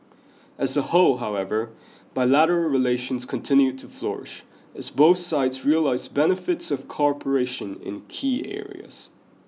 as a whole however bilateral relations continued to flourish as both sides realise benefits of cooperation in key areas